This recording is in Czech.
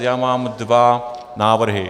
Já mám dva návrhy.